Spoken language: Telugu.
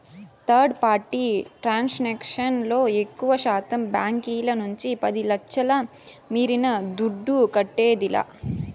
థర్డ్ పార్టీ ట్రాన్సాక్షన్ లో ఎక్కువశాతం బాంకీల నుంచి పది లచ్ఛల మీరిన దుడ్డు కట్టేదిలా